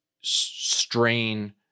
strain